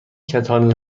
کتانی